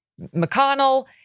McConnell